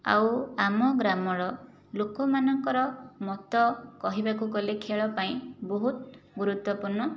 ଆଉ ଆମ ଗ୍ରାମର ଲୋକମାନଙ୍କର ମତ କହିବାକୁ ଗଲେ ଖେଳ ପାଇଁ ବହୁତ ଗୁରୁତ୍ୱପୁର୍ଣ୍ଣ